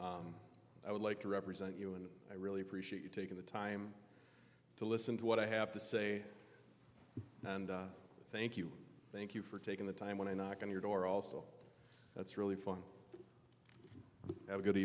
career i would like to represent you and i really appreciate you taking the time to listen to what i have to say and thank you thank you for taking the time when i knock on your door also that's really fun have a good